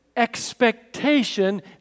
expectation